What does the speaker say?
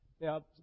Now